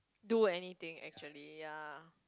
do anything actually ya